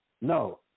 no